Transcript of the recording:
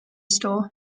store